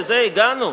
לזה הגענו?